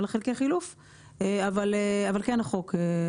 ובאופן ישיר מן הסתם יורד חלק מזה לצרכן וחלק מזה החברות נושאות.